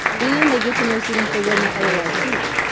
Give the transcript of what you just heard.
and they get to know students they would not otherwise teach.